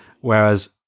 whereas